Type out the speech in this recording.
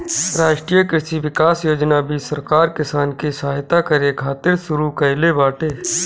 राष्ट्रीय कृषि विकास योजना भी सरकार किसान के सहायता करे खातिर शुरू कईले बाटे